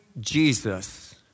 Jesus